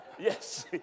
Yes